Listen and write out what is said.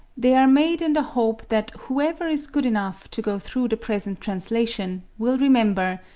they are made in the hope that whoever is good enough to go through the present translation will remember,